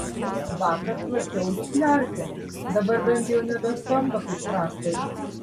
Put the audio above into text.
vakar tvarkiau dusliarkę dabar bent jau nebeskamba kaip traktorius